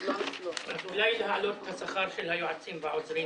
אולי להעלות את השכר של היועצים והעוזרים.